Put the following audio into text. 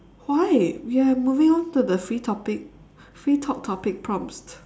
why we are moving on to the free topic free talk topic prompts